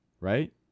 right